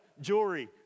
jewelry